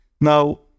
now